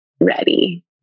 ready